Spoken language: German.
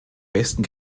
besten